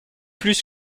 plus